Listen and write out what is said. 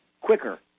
quicker